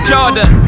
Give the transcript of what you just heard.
Jordan